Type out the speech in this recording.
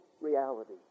reality